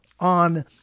on